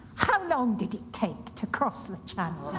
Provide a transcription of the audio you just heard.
how long did it take to cross the channel?